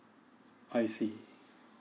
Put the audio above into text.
I see